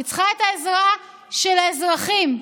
היא צריכה את העזרה של האזרחים.